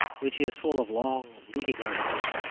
which is full of long leading articles,